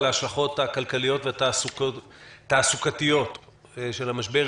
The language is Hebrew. ההשלכות הכלכליות והתעסוקתיות של המשבר.